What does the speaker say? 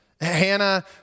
Hannah